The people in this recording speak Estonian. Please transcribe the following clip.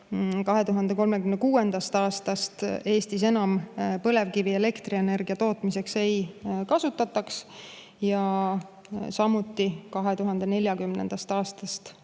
2036. aastast Eestis enam põlevkivi elektrienergia tootmiseks ei kasutataks. Ja 2040. aastast